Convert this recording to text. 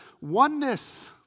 oneness